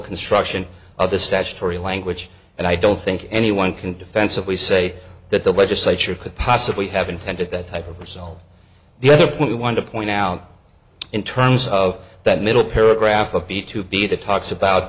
construction of the statutory language and i don't think anyone can defensively say that the legislature could possibly have intended that type of result the other point i want to point out in terms of that middle paragraph a fee to be the talks about